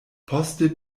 poste